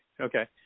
okay